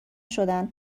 شدن